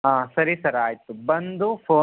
ಹಾಂ ಸರಿ ಸರ್ ಆಯಿತು ಬಂದು ಫೋ